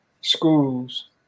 schools